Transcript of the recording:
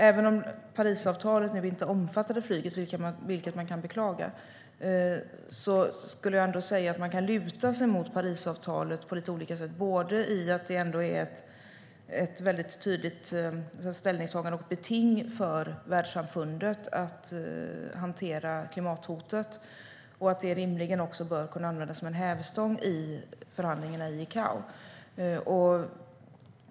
Även om Parisavtalet inte omfattade flyget, vilket man kan beklaga, skulle jag ändå säga att man här kan luta sig mot Parisavtalet på lite olika sätt. Det är ett väldigt tydligt ställningstagande och beting för världssamfundet i hanteringen av klimathotet och bör rimligen också kunna användas som en hävstång i förhandlingarna i ICAO.